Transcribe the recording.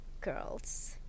Girls